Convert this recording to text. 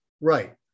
Right